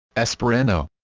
esperanto